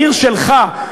העיר שלך,